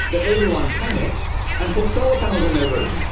that everyone panicked and put solar panels on their roof.